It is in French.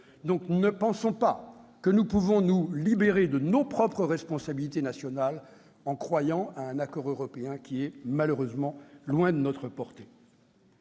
Donc, ne pensons pas que nous pouvons nous libérer de nos propres responsabilités nationales en croyant à un accord européen complet, malheureusement loin de notre portée.